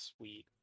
sweet